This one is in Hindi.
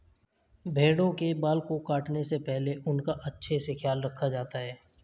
भेड़ों के बाल को काटने से पहले उनका अच्छे से ख्याल रखा जाता है